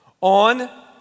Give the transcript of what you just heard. on